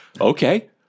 Okay